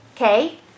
Okay